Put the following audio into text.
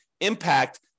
impact